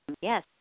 yes